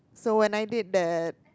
so when I did that